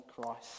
Christ